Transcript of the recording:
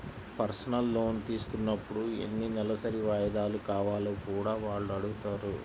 personal loan తీసుకున్నప్పుడు ఎన్ని నెలసరి వాయిదాలు కావాలో కూడా వాళ్ళు అడుగుతారు